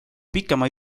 pikema